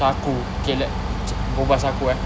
cam aku okay let berbual pasal aku eh